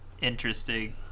interesting